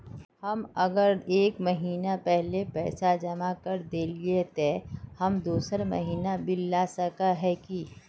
हम अगर एक महीना पहले पैसा जमा कर देलिये ते हम दोसर महीना बिल ला सके है की?